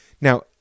Now